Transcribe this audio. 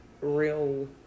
real